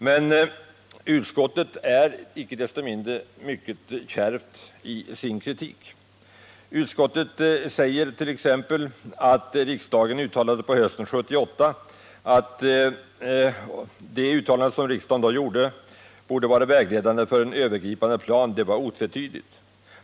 Men utskottet är icke desto mindre mycket kärvt i sin kritik: ”Riksdagens uttalande hösten 1978 om de mål som borde vara vägledande för en övergripande plan var otvetydigt.